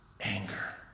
anger